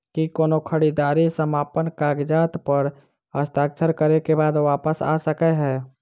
की कोनो खरीददारी समापन कागजात प हस्ताक्षर करे केँ बाद वापस आ सकै है?